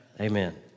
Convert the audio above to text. Amen